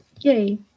Yay